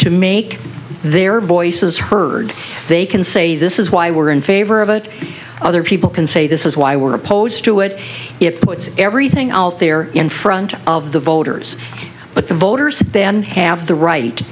to make their voices heard they can say this is why we're in favor of it other people can say this is why we're opposed to it it puts everything out there in front of the voters but the voters then have the right